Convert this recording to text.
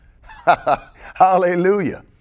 Hallelujah